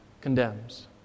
condemns